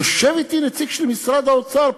יושב אתי נציג של משרד האוצר,